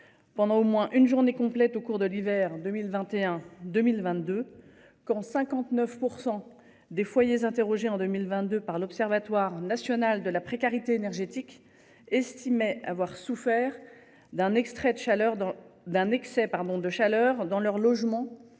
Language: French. Pendant au moins une journée complète au cours de l'hiver 2021 2022, quand 59% des foyers interrogé en 2022 par l'Observatoire national de la précarité énergétique. Estimait avoir souffert d'un extrait de chaleur dans d'un excès